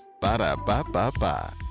Ba-da-ba-ba-ba